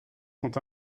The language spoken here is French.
sont